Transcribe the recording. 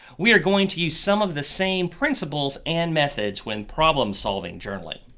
we are going to use some of the same principles and methods when problem solving journaling.